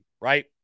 right